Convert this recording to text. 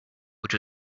which